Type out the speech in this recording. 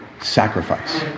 sacrifice